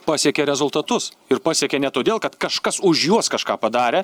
pasiekė rezultatus ir pasiekė ne todėl kad kažkas už juos kažką padarė